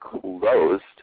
closed